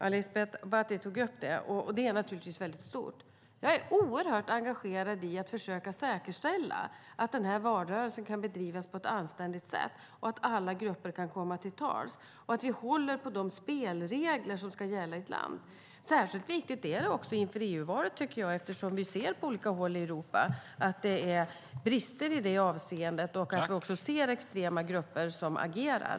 Ali Esbati tog upp det. Ansvaret är naturligtvis väldigt stort. Jag är oerhört engagerad i att försöka säkerställa att valrörelsen kan bedrivas på ett anständigt sätt, att alla grupper kan komma till tals och att vi håller på de spelregler som ska gälla i ett land. Särskilt viktigt tycker jag att det är inför EU-valet eftersom vi ser att det på olika håll i Europa finns brister i det avseendet och extrema grupper som agerar.